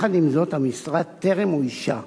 עם זאת, המשרה טרם אוישה.